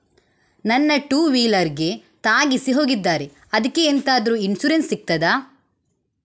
ನನ್ನ ಟೂವೀಲರ್ ಗೆ ತಾಗಿಸಿ ಹೋಗಿದ್ದಾರೆ ಅದ್ಕೆ ಎಂತಾದ್ರು ಇನ್ಸೂರೆನ್ಸ್ ಸಿಗ್ತದ?